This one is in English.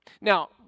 Now